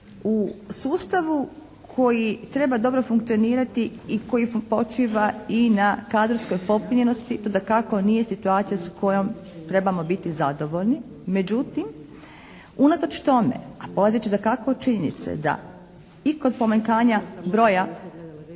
U sustavu koji treba dobro funkcionirati i koji počiva i na kadrovskoj popunjenosti, to dakako nije situacija s kojom trebamo biti zadovoljni. Međutim unatoč tome, a polazeći dakako od činjenice da i kod pomanjkanja broja,